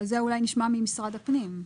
את זה אולי נשמע ממשרד הפנים.